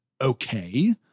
okay